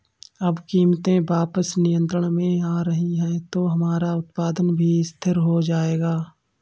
अब कीमतें वापस नियंत्रण में आ रही हैं तो हमारा उत्पादन भी स्थिर हो जाएगा